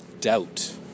doubt